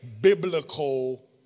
biblical